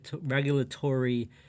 regulatory